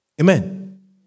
Amen